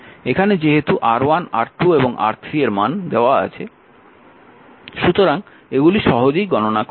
এখানে যেহেতু R1 R2 এবং R3 এর মান দেওয়া আছে সুতরাং এগুলি সহজেই গণনা করা যায়